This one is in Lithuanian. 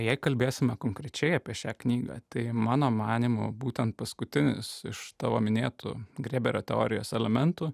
jei kalbėsime konkrečiai apie šią knygą tai mano manymu būtent paskutinis iš tavo minėtų greberio teorijos elementų